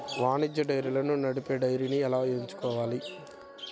వాణిజ్య డైరీలను నడిపే డైరీని ఎలా ఎంచుకోవాలి?